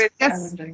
yes